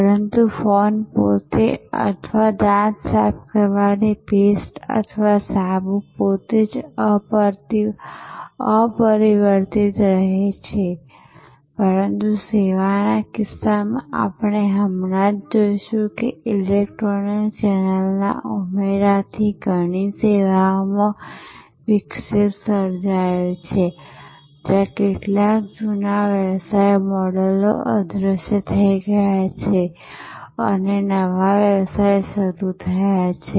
પરંતુ ફોન પોતે અથવા દાંત સાફ કરવાની પેસ્ટ અથવા સાબુ પોતે જ અપરિવર્તિત રહે છે પરંતુ સેવાના કિસ્સામાં આપણે હમણાં જ જોઈશું કે ઇલેક્ટ્રોનિક ચેનલના ઉમેરાથી ઘણી સેવાઓમાં વિક્ષેપ સર્જાયો છે જ્યાં કેટલાક જૂના વ્યવસાય મોડલ અદૃશ્ય થઈ ગયા છે અને નવો વ્યવસાય શરૂ થયો છે